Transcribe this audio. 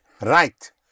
Right